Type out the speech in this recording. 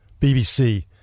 BBC